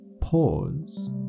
pause